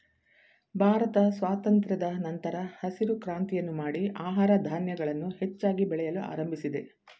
ಭಾರತ ಸ್ವಾತಂತ್ರದ ನಂತರ ಹಸಿರು ಕ್ರಾಂತಿಯನ್ನು ಮಾಡಿ ಆಹಾರ ಧಾನ್ಯಗಳನ್ನು ಹೆಚ್ಚಾಗಿ ಬೆಳೆಯಲು ಆರಂಭಿಸಿದೆ